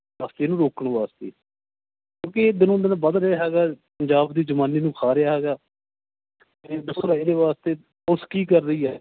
ਰਸਤੇ ਨੂੰ ਰੋਕਣ ਵਾਸਤੇ ਕਿਉਂਕਿ ਇਹ ਦਿਨੋ ਦਿਨ ਵਧ ਰਿਹਾ ਹੈਗਾ ਪੰਜਾਬ ਦੀ ਜਵਾਨੀ ਨੂੰ ਖਾ ਰਿਹਾ ਹੈਗਾ ਇਹਦੇ ਵਾਸਤੇ ਪੁਲਿਸ ਕੀ ਕਰ ਰਹੀ ਹੈ